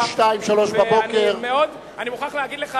עד 02:00 03:00. אני מוכרח להגיד לך,